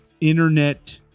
internet